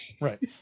right